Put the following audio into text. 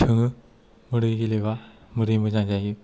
सोङो बोरै गेलेबा बोरै मोजां जायो